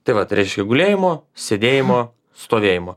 tai vat reiškia gulėjimo sėdėjimo stovėjimo